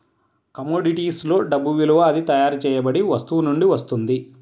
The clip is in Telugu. కమోడిటీస్ లో డబ్బు విలువ అది తయారు చేయబడిన వస్తువు నుండి వస్తుంది